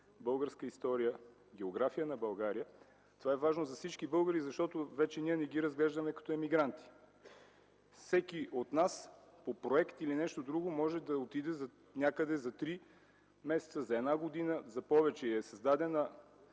българска история, география на България. Това е важно за всички българи, защото ние вече не ги разглеждаме като емигранти. Всеки от нас по проект или нещо друго може да отиде някъде за три месеца, за една година, за повече и е създадена